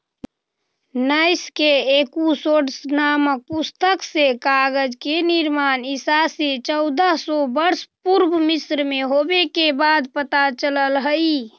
नैश के एकूसोड्स् नामक पुस्तक से कागज के निर्माण ईसा से चौदह सौ वर्ष पूर्व मिस्र में होवे के बात पता चलऽ हई